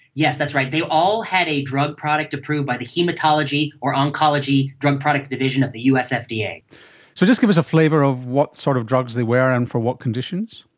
yes, that's right, they all had a drug product approved by the haematology or oncology drug products division of the usfda. so just give us a flavour of what sort of drugs they were and for what conditions.